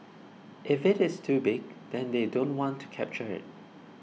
if it is too big then they don't want to capture it